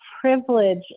privilege